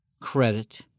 credit